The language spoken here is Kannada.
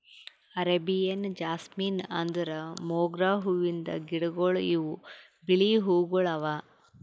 ಅರೇಬಿಯನ್ ಜಾಸ್ಮಿನ್ ಅಂದುರ್ ಮೊಗ್ರಾ ಹೂವಿಂದ್ ಗಿಡಗೊಳ್ ಇವು ಬಿಳಿ ಹೂವುಗೊಳ್ ಅವಾ